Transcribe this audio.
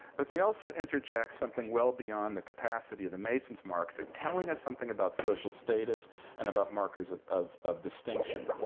but they also interject something well beyond the capacity of the masons mark. they're telling us something about social status and about markers of of distinction.